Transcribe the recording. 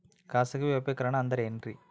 ಖಾಸಗಿ ವ್ಯಾಪಾರಿಕರಣ ಅಂದರೆ ಏನ್ರಿ?